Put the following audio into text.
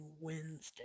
Wednesday